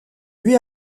lui